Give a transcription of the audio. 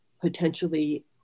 potentially